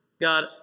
God